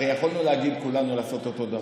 הרי יכולנו כולנו לעשות את אותו דבר,